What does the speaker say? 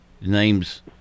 name's